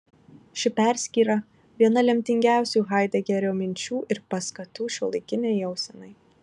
ši perskyra viena lemtingiausių haidegerio minčių ir paskatų šiuolaikinei jausenai